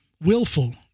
Willful